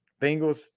Bengals